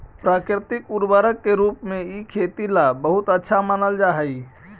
प्राकृतिक उर्वरक के रूप में इ खेती ला बहुत अच्छा मानल जा हई